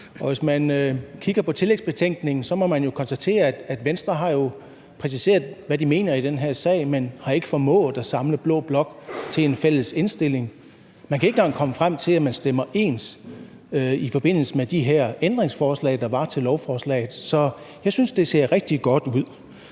Og hvis man kigger på tillægsbetænkningen, må man konstatere, at Venstre jo har præciseret, hvad de mener i den her sag, men ikke har formået at samle blå blok til en fælles indstilling. Man kan ikke engang komme frem til, at man stemmer ens i forbindelse med de her ændringsforslag, der var til lovforslaget. Så jeg synes, det ser rigtig godt ud.